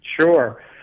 Sure